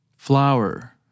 Flower